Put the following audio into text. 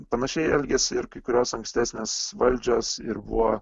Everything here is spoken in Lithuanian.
panašiai elgėsi ir kai kurios ankstesnės valdžios ir buvo